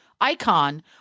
icon